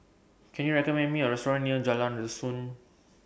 Can YOU recommend Me A Restaurant near Jalan Dusun